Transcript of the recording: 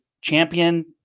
champion